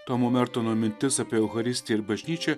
tomo mertono mintis apie eucharistiją ir bažnyčią